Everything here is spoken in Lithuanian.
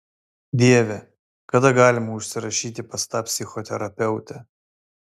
dieve kada galima užsirašyti pas tą psichoterapeutę